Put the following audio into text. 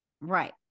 Right